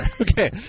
Okay